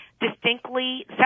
distinctly